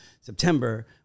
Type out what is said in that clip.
September